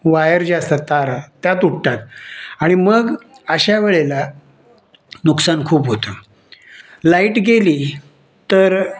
wire ज्या असतात तारा त्या तुटतात आणि मग अशा वेळेला नुकसान खूप होतं लाईट गेली तर